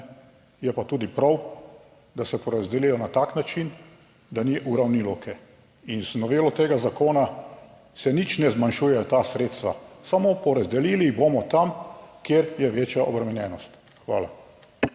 Je pa tudi prav, da se porazdelijo na tak način, da ni uravnilovke. In z novelo tega zakona se nič ne zmanjšujejo ta sredstva, samo porazdelili jih bomo tam, kjer je večja obremenjenost. Hvala.